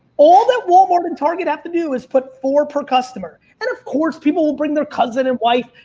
all that walmart and target have to do is put four per customer. and of course, people will bring their cousin and wife,